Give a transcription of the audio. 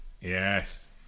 Yes